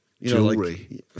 Jewelry